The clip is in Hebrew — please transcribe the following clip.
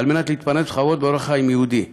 כדי להתפרנס בכבוד באורח חיים יהודי.